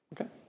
Okay